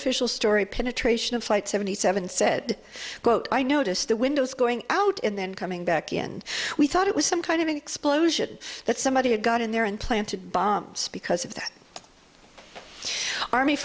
official story penetration of flight seventy seven said quote i noticed the windows going out and then coming back and we thought it was some kind of an explosion that somebody had got in there and planted bombs because of that army